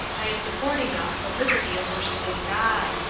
by its affording us the liberty of worshipping god.